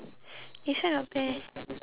this one not bad